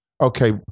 okay